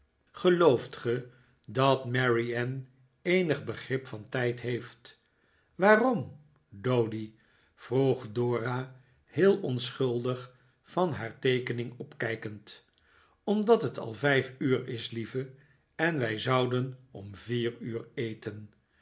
gelooft ge dat mary anne eenig begrip van tijd heeft waarom doady vroeg dora heel onschuldig van haar teekening opkijkend omdat het al vijf uur is lieve en wij zoiiden om vier uur eten